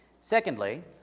Secondly